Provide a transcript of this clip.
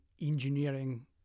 engineering